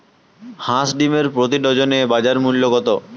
হাঁস ডিমের প্রতি ডজনে বাজার মূল্য কত?